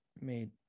made